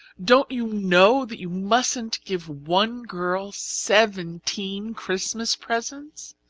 don't you know that you mustn't give one girl seventeen christmas presents?